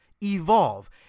evolve